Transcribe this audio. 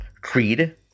Creed